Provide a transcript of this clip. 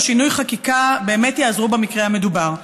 שינוי חקיקה באמת יעזרו במקרה המדובר?